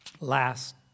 Last